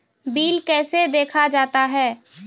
Bill कैसे देखा जाता हैं?